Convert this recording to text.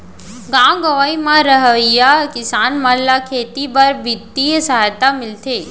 गॉव गँवई म रहवइया किसान मन ल खेती बर बित्तीय सहायता मिलथे